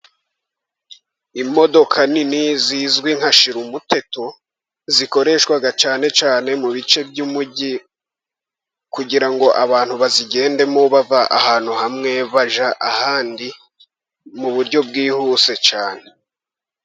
Imodoka nini zizwi nka shirumuteto, zikoreshwa cyane cyane mu bice by'umugi, kugira ngo abantu bazigendemo bava ahantu hamwe bajya ahandi, mu buryo bwihuse cyane.